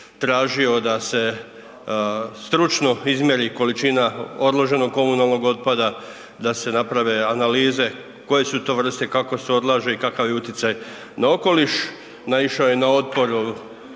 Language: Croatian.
tražio da se stručno izmjeri količina odloženog komunalnog otpada, da se naprave analize koje su to vrste, kako se odlaže i kakav je utjecaj na okoliš. Naišao je na otpor